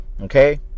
Okay